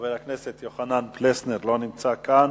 חבר הכנסת יוחנן פלסנר, לא נמצא כאן.